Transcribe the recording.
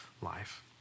life